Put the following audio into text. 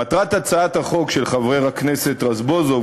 מטרת הצעת החוק של חבר הכנסת רזבוזוב,